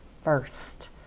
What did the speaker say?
first